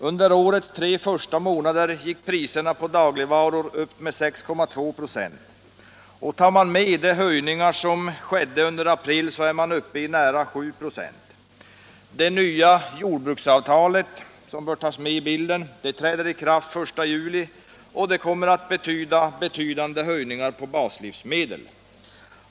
Under årets tre första månader gick priserna på dagligvaror upp med 6,2 8. Tar man med de höjningar som skedde under april är man uppe i nära 7 96. Det nya jordbruksavtalet, som bör tas med i bilden, träder i kraft den 1 juli och kommer att innebära betydande höjningar på baslivsmedel.